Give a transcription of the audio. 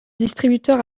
distributeur